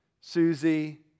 Susie